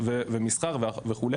מסחר וכו',